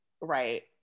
Right